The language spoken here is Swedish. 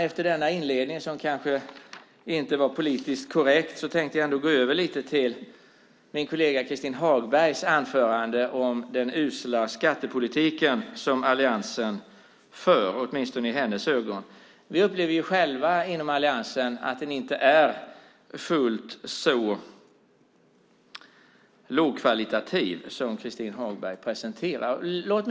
Efter denna inledning, som kanske inte var politiskt korrekt, tänker jag gå över lite till min kollega Christin Hagbergs anförande om den usla skattepolitiken som Alliansen för, åtminstone i hennes ögon. Vi upplever själva inom Alliansen att den inte är fullt så lågkvalitativ som Christin Hagberg presenterar den.